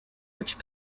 which